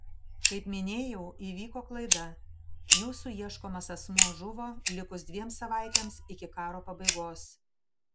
kaip minėjau įvyko klaida jūsų ieškomas asmuo žuvo likus dviem savaitėms iki karo pabaigos